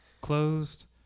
closed